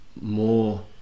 more